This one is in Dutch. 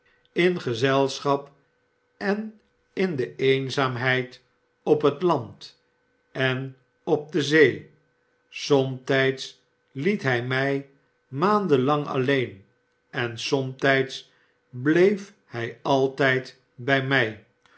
in gezelschap en in de eenzaamheid op het land en op de zee somtijds liet hij mij maanden lang alleen en somtijds bleef hij altijd bij mij